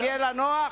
יהיה לה נוח,